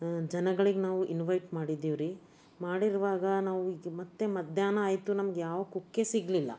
ಜ ಜನಗಳಿಗೆ ನಾವು ಇನ್ವೈಟ್ ಮಾಡಿದ್ದೇವೆ ರೀ ಮಾಡಿರುವಾಗ ನಾವು ಮತ್ತೆ ಮಧ್ಯಾಹ್ನ ಆಯಿತು ನಮ್ಗೆ ಯಾವ ಕುಕ್ಕೆ ಸಿಗಲಿಲ್ಲ